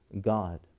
God